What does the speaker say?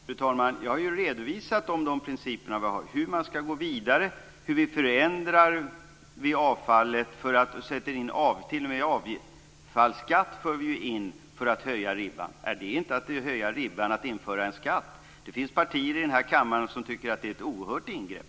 Fru talman! Jag har ju redovisat principerna för hur vi skall gå vidare, hur vi skall förändra avfallshanteringen. Vi inför ju t.o.m. avfallsskatt för att höja ribban. Är det inte att höja ribban att införa en skatt? Det finns partier i denna kammare som tycker att det är ett oerhört ingrepp.